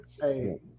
hey